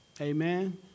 Amen